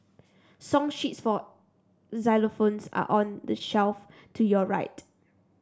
song sheets for xylophones are on the shelf to your right